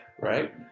Right